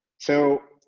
so,